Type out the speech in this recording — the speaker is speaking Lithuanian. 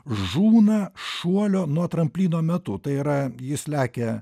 žūna šuolio nuo tramplino metu tai yra jis lekia